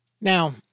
Now